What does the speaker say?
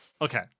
Okay